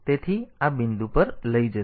તેથી તે આ બિંદુ પર લઈ જશે